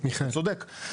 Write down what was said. צודק.